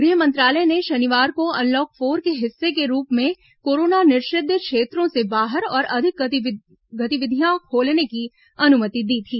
गृह मंत्रालय ने शनिवार को अनलॉक फोर के हिस्से के रूप में कोरोना निषिद्व क्षेत्रों से बाहर और अधिक गतिविधियां खोलने की अनुमति दी थी